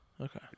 Okay